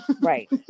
right